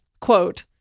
quote